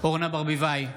אורנה ברביבאי,